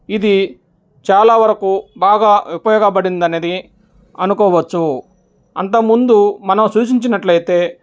ఇది చాలా వరకు బాగా ఉపయోగపడిందనేది అనుకోవచ్చు అంతముందు మనం సూచించినట్లయితే